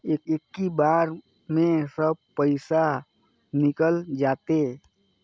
इक्की बार मे सब पइसा निकल जाते?